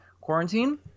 quarantine